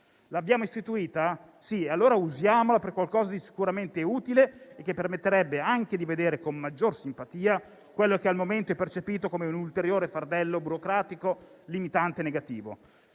l'abbiamo istituita, usiamola per qualcosa di sicuramente utile che permetterebbe anche di vedere con maggior simpatia ciò che al momento è percepito come un ulteriore fardello burocratico, limitante e negativo.